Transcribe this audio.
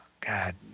God